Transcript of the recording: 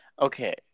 Okay